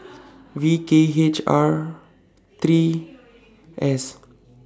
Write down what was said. V K H R three S